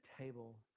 table